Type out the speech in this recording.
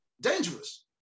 Dangerous